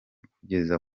kumugeza